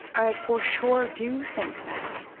i for sure do think that